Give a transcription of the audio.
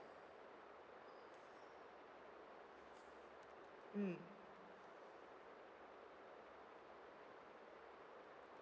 mm